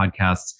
podcasts